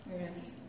Yes